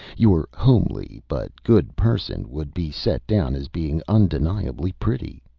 your homely but good person would be set down as being undeniably pretty.